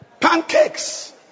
Pancakes